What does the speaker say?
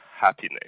happiness